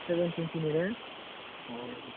seven टुवेन्टिनि ना अ